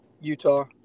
Utah